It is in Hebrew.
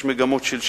יש מגמות של שינוי,